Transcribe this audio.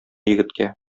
егеткә